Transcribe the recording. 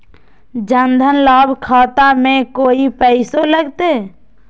जन धन लाभ खाता में कोइ पैसों लगते?